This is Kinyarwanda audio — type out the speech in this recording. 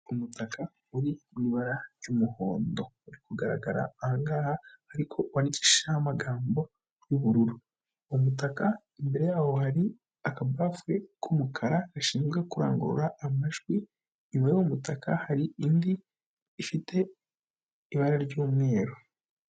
Umutaka uri mu ibara ry'umuhondo uri kugaragara aha ngaha ariko wandikishijeho amagambo y'ubururu, umutaka imbere yaho hari akabafure k'umukara gashinzwe kurangurura amajwi, inyuma y'umutaka hari indi ifite ibara ry'umweru.